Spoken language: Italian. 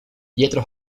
dietro